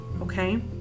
Okay